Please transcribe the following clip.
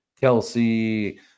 Kelsey